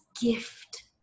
gift